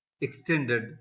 extended